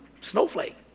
snowflake